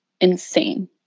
insane